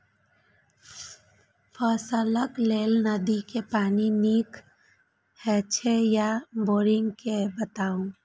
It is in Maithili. फसलक लेल नदी के पानी नीक हे छै या बोरिंग के बताऊ?